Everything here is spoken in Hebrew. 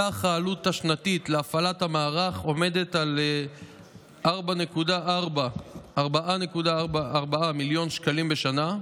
סך העלות השנתית להפעלת המערך עומד על 4.4 מיליון שקלים בשנה,